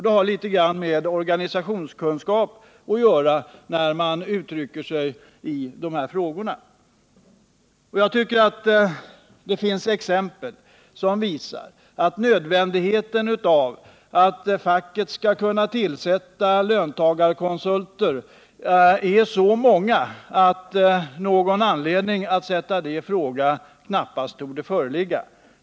Det har litet med organisationskunskap att göra när man uttalar sig i sådana frågor. Exemplen som visar nödvändigheten av att facket kan tillsätta en löntagarkonsult är så många att det knappast torde föreligga någon anledning att sätta detta i fråga.